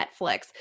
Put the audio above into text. Netflix